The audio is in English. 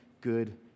good